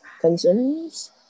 concerns